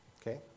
Okay